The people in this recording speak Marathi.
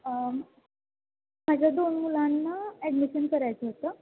माझ्या दोन मुलांना ॲडमिशन करायचं होतं